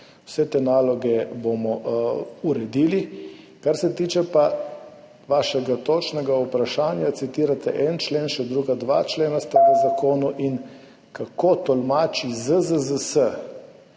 vse te naloge bomo uredili. Kar se pa tiče vašega točnega vprašanja, citirate en člen. Še druga dva člena sta v zakonu. In kako ZZZS